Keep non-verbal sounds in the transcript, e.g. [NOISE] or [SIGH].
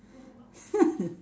[LAUGHS]